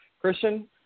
Christian